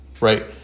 right